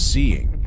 Seeing